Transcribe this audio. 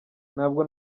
ntabwo